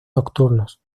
nocturnos